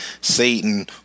Satan